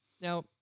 Now